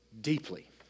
deeply